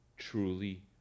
truly